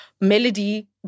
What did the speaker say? melody